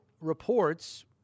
reports